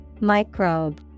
Microbe